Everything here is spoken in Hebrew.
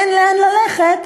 אין לאן ללכת,